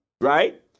Right